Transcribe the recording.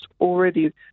already